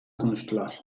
konuştular